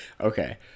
okay